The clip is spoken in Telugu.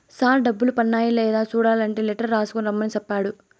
సార్ డబ్బులు పన్నాయ లేదా సూడలంటే లెటర్ రాసుకు రమ్మని సెప్పాడు